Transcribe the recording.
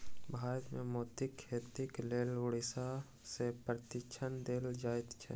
भारत मे मोतीक खेतीक लेल उड़ीसा मे प्रशिक्षण देल जाइत छै